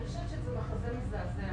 אני חושבת שזה מחזה מזעזע.